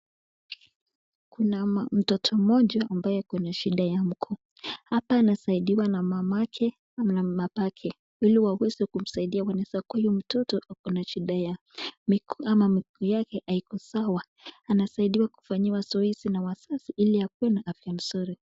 Kuna mtoto moja ambaye akona shida ya mguu, hapa anasaidiwa na mamake na babake , iliwaweze kumsaidia wanaweza kuwa huyu mtoto akona shida ya miguu ama miguu yake haiko sawa anasaidiwa kufanyiwa zoezi na wazazi ili akuwe na afya mzuri .